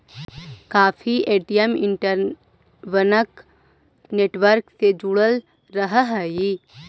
काफी ATM interbank network से जुड़ल रहऽ हई